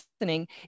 listening